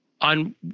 on